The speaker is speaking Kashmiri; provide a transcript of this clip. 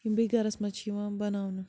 یِم بیٚیہِ گَرَس منٛز چھِ یِوان بَناونہٕ